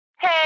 Hey